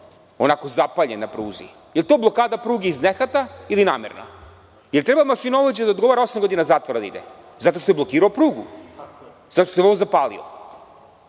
onako zapaljen na pruzi, da li je to blokada pruge iz nehata ili namerna? Da li treba mašinovođa da odgovara osam godina zatvora da ide zato što je blokirao prugu zato što se voz zapalio?